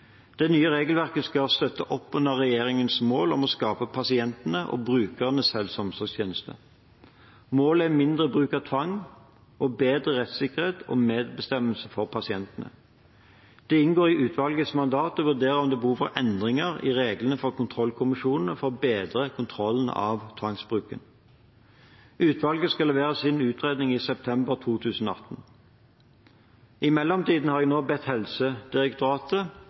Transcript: Det nye regelverket skal støtte opp under regjeringens mål om å skape pasientenes og brukernes helse- og omsorgstjeneste. Målet er mindre bruk av tvang og bedre rettssikkerhet og medbestemmelse for pasientene. Det inngår i utvalgets mandat å vurdere om det er behov for endringer i reglene for kontrollkommisjonene for å bedre kontrollen av tvangsbruken. Utvalget skal levere sin utredning i september 2018. I mellomtiden har jeg nå bedt Helsedirektoratet